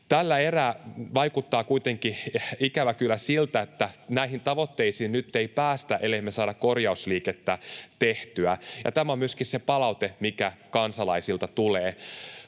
Tällä erää vaikuttaa kuitenkin siltä, ikävä kyllä, että näihin tavoitteisiin nyt ei päästä, ellei me saada korjausliikettä tehtyä, ja tämä on myöskin se palaute, mitä kansalaisilta tulee.